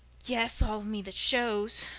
yes all of me that shows,